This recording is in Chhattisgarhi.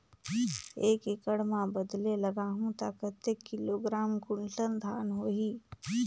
एक एकड़ मां बदले लगाहु ता कतेक किलोग्राम कुंटल धान होही?